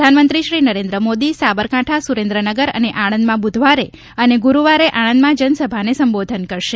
પ્રધાનમંત્રી શ્રી નરેન્દ્ર મોદી સાબરકાંઠા સુરેન્દ્રનગર અને આણંદમાં બુધવારે અને ગરૂવારે આણંદમાં જનસભાને સંબોધન કરશે